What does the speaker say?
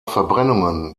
verbrennungen